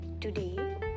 today